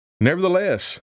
Nevertheless